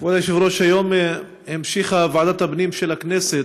כבוד היושב-ראש, היום המשיכה ועדת הפנים של הכנסת